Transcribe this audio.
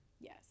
yes